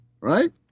right